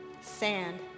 Sand